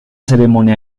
ceremonia